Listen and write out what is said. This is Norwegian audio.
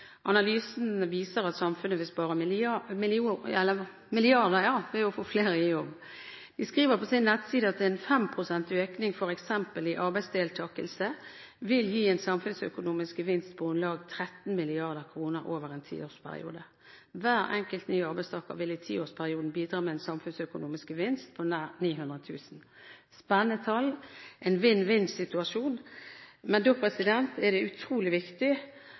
Analysen viser at samfunnet vil spare milliarder ved å få flere i jobb. De skriver på sine nettsider at en økning på 5 pst. i f.eks. arbeidsdeltakelse vil gi en samfunnsøkonomisk gevinst på om lag 13 mrd. kr over en tiårsperiode. Hver enkelt nye arbeidstaker vil i tiårsperioden bidra med en samfunnsøkonomisk gevinst på nær 900 000 kr. Spennende tall, en vinn-vinn-situasjon, men da er det utrolig viktig